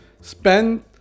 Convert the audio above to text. spend